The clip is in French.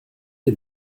est